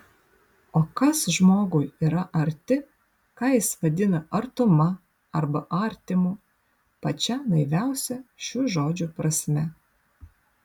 o kas žmogui yra arti ką jis vadina artuma arba artimu pačia naiviausia šių žodžių prasme